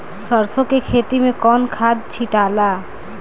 सरसो के खेती मे कौन खाद छिटाला?